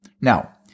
Now